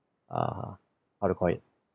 err how to call it